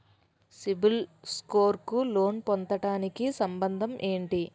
CIBIL score కు loan పొందటానికి సంబంధం ఏంటి?